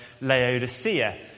Laodicea